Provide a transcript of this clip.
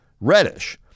Reddish